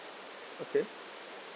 okay